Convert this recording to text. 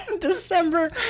December